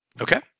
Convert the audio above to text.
Okay